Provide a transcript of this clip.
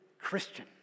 Christian